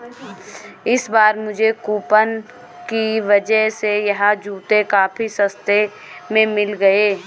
इस बार मुझे कूपन की वजह से यह जूते काफी सस्ते में मिल गए